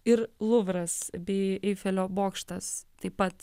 ir luvras bei eifelio bokštas taip pat